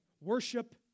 Worship